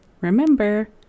Remember